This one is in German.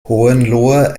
hohenlohe